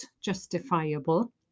justifiable